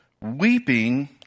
weeping